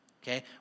Okay